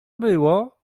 było